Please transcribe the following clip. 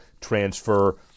transfer